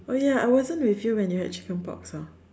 oh ya I wasn't with you when you had chicken pox ah